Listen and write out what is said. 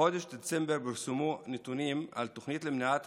בחודש דצמבר פורסמו נתונים על תוכנית למניעת